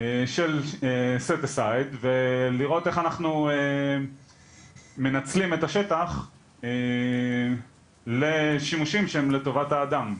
של "סטסייד" ולראות איך אנחנו מנצלים את השטח לשימושים שהם לטובת האדם.